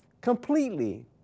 completely